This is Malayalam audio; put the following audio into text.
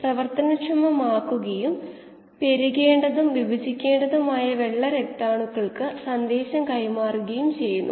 അതിനാൽ ഇതാണ് ഇവിടെ പറയുന്നത് ആരംഭിക്കുന്നതിനോ അടച്ചുപൂട്ടുന്നതിനോ ഉള്ള മൊത്തം പ്രവർത്തന സമയത്തിന്റെ അംശം ചെറുതാണ്